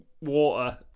water